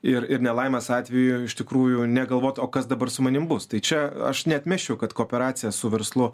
ir ir nelaimės atveju iš tikrųjų negalvot o kas dabar su manim bus tai čia aš neatmesčiau kad kooperacija su verslu